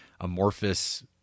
amorphous